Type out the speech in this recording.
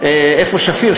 איפה שפיר?